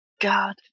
God